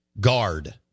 guard